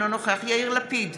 אינו נוכח יאיר לפיד,